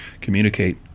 communicate